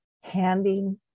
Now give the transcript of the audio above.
handing